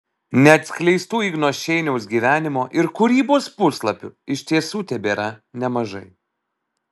neatskleistų igno šeiniaus gyvenimo ir kūrybos puslapių iš tiesų tebėra nemažai